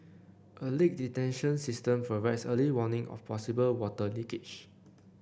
a leak detection system provides early warning of possible water leakage